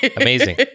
Amazing